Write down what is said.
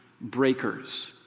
breakers